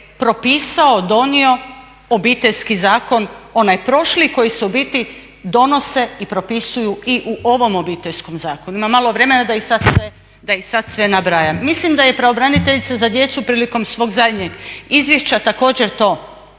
propisao, donio Obiteljski zakon onaj prošli koji se u biti donose i propisuju i u ovom Obiteljskom zakonu. Ima malo vremena da ih sad sve nabrajam. Mislim da je i pravobraniteljica za djecu prilikom svog zadnjeg izvješća također to